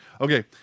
Okay